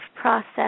process